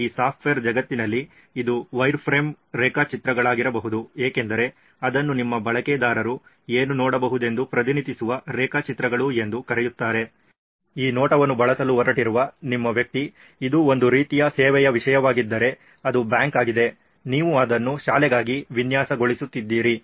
ಈ ಸಾಫ್ಟ್ವೇರ್ ಜಗತ್ತಿನಲ್ಲಿ ಇದು ವೈರ್ಫ್ರೇಮ್ ರೇಖಾಚಿತ್ರಗಳಾಗಿರಬಹುದು ಏಕೆಂದರೆ ಅದನ್ನು ನಿಮ್ಮ ಬಳಕೆದಾರರು ಏನು ನೋಡಬಹುದೆಂದು ಪ್ರತಿನಿಧಿಸುವ ರೇಖಾಚಿತ್ರಗಳು ಎಂದು ಕರೆಯುತ್ತಾರೆ ಈ ನೋಟವನ್ನು ಬಳಸಲು ಹೊರಟಿರುವ ನಿಮ್ಮ ವ್ಯಕ್ತಿ ಇದು ಒಂದು ರೀತಿಯ ಸೇವೆಯ ವಿಷಯವಾಗಿದ್ದರೆ ಅದು ಬ್ಯಾಂಕ್ ಆಗಿದೆ ನೀವು ಅದನ್ನು ಶಾಲೆಗಾಗಿ ವಿನ್ಯಾಸಗೊಳಿಸುತ್ತಿದ್ದೀರಿ